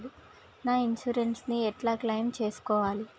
నా ఇన్సూరెన్స్ ని ఎట్ల క్లెయిమ్ చేస్కోవాలి?